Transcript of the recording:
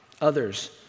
others